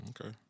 Okay